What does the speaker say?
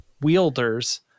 wielders